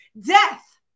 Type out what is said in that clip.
Death